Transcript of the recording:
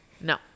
No